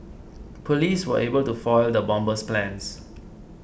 police were able to foil the bomber's plans